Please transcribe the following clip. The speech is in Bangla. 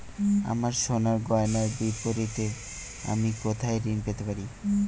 আমার সোনার গয়নার বিপরীতে আমি কোথায় ঋণ পেতে পারি?